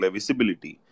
visibility